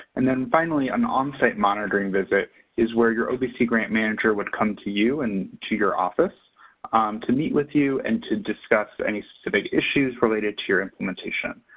and then finally, an onsite monitoring visit is where your ovc grant manager would come to you and to your office to meet with you and to discuss any specific issues related to your implementation.